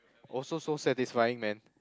also so satisfying man